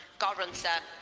gotta run sir.